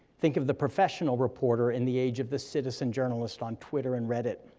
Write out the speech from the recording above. think of the professional reporter in the age of the citizen journalist on twitter and reddit,